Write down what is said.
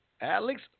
Alex